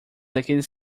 aqueles